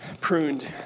pruned